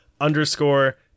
underscore